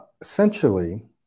Essentially